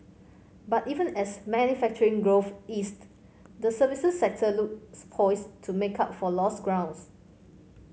but even as manufacturing growth eased the services sector looks poised to make up for lost grounds